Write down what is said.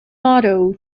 motto